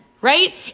right